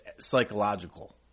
psychological